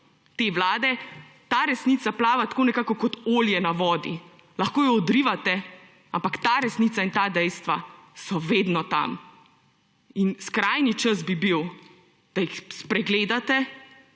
te vlade, ta resnica plava tako nekako kot olje na vodi. Lahko jo odrivate, ampak ta resnica in ta dejstva so vedno tam. Skrajni čas bi bil, da jih spregledate